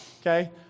okay